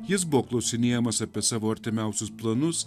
jis buvo klausinėjamas apie savo artimiausius planus